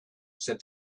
said